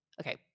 Okay